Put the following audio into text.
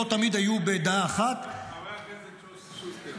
לא תמיד היו בדעה אחת --- חבר הכנסת שוסטר,